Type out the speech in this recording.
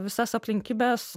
visas aplinkybes